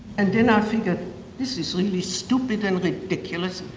and then i figured, this is really stupid and ridiculous.